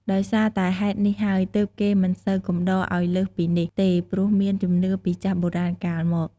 ដោយសារតែហេតុនេះហើយទើប គេមិនសូវកំដរឱ្យលើសពីនេះទេព្រោះមានជំនឿពីចាស់បុរាណកាលមក។